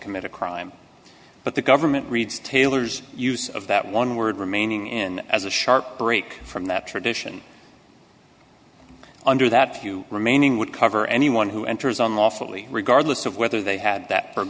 commit a crime but the government reads taylor's use of that one word remaining in as a sharp break from that tradition under that few remaining would cover anyone who enters unlawfully regardless of whether they had that